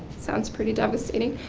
sounds pretty devastating,